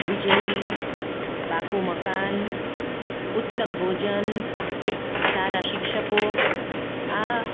વીજળી પાકું મકાન ઉત્તમ ભોજન સારા શિક્ષકો આ